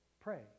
pray